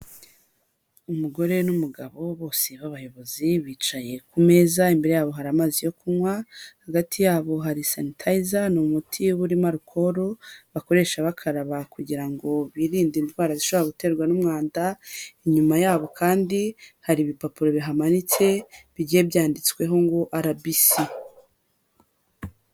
Umugore n'umugabo bose b'abayobozi bicaye ku meza, imbere yabo hari amazi yo kunywa, hagati yabo hari sanitayiza ni umuti uba urimo arukoro bakoresha bakaraba kugira ngo birinde indwara zishobora guterwa n'umwanda, inyuma yabo kandi hari ibipapuro bihamanitse bigiye byanditsweho ngo RBC.